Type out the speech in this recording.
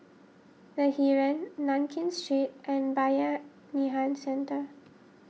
the Heeren Nankin Street and Bayanihan Centre